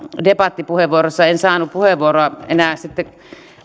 debattipuheenvuorossa en saanut puheenvuoroa enää sitten